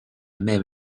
même